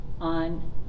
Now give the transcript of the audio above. on